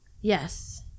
Yes